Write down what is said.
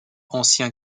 ancien